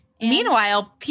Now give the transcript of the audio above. Meanwhile